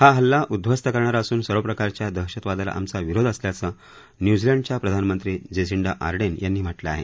हा हल्ला उद्धवस्त करणारा असून सर्व प्रकारच्या दहशतवादाला आमचा विरोध असल्याचं न्युझीलंडच्या प्रधानमंत्री जेसिंडा आर्डेन यांनी म्हटलं आहे